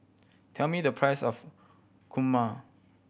tell me the price of kurma